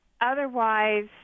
otherwise